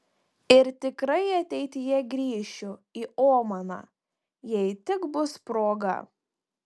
ir tikrai ateityje grįšiu į omaną jei tik bus proga